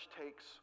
takes